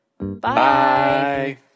Bye